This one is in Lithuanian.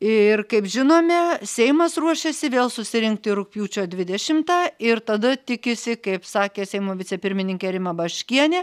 ir kaip žinome seimas ruošiasi vėl susirinkti rugpjūčio dvidešimtą ir tada tikisi kaip sakė seimo vicepirmininkė rima baškienė